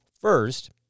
first